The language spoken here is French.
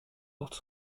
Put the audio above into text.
porte